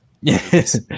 yes